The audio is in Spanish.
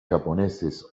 japoneses